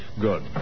Good